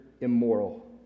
immoral